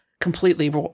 completely